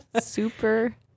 super